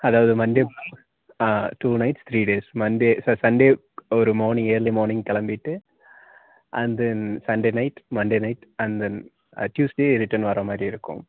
அதாவது மண்டே ஆ two nights three days Monday sir Sunday ஒரு மார்னிங் இயர்லி மார்னிங் கிளம்பிட்டு and then Sunday night Monday night and then Tuesday return வர்ற மாதிரி இருக்கும்